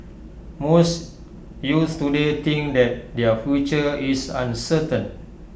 most youths to day think that their future is uncertain